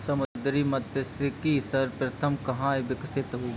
समुद्री मत्स्यिकी सर्वप्रथम कहां विकसित हुई?